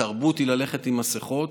שבהן התרבות היא ללכת עם מסכות.